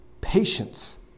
patience